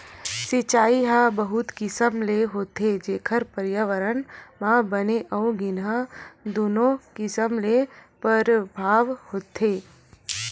सिचई ह बहुत किसम ले होथे जेखर परयाबरन म बने अउ गिनहा दुनो किसम ले परभाव होथे